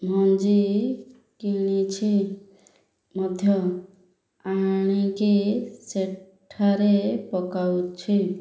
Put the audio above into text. ମଞ୍ଜି କିଣିଛି ମଧ୍ୟ ଆଣିକି ସେଠାରେ ପକାଉଛି